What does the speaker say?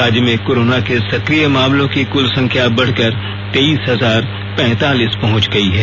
राज्य में कोरोना के सक्रिय मामलों की कुल संख्या बढ़कर तेइस हजार पैतालीस पहंच गई है